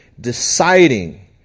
deciding